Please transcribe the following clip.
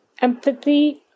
empathy